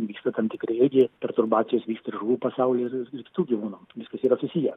vyksta tam tikri irgi perturbacijos vyksta ir žuvų pasauly ir ir kitų gyvūnų viskas yra susiję